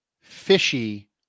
fishy